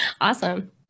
Awesome